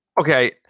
Okay